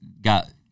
got